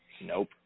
Nope